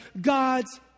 God's